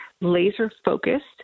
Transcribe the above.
laser-focused